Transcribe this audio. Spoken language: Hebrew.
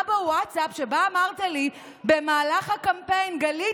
בווטסאפ שבה אמרת לי במהלך הקמפיין: גלית,